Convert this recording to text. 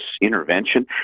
intervention